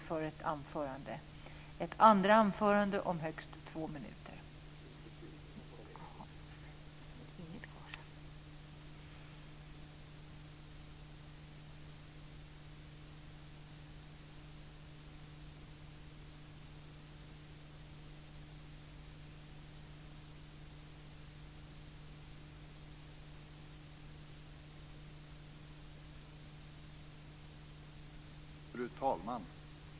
Fru talman!